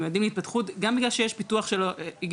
הם מיועדים להתפתחות גם בגלל שיש פיתוח וגידול